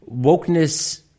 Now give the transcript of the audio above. wokeness